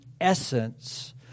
essence